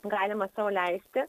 galima sau leisti